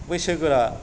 बैसोगोरा